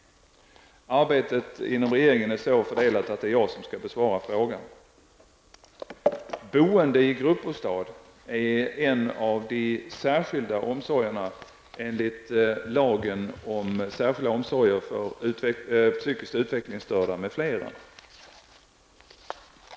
Arbetet inom regeringen är så fördelat att det är jag som skall besvara frågan. Boende i gruppbostad är en av de särskilda omsorgerna enligt lagen om särskilda omsorger om psykiskt utvecklingsstörda m.fl.